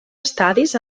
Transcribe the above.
estadis